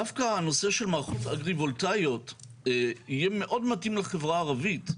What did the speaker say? דווקא הנושא של מערכות אגרי-וולטאיות יהיה מאוד מתאים לחברה הערבית.